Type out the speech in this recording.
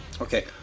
Okay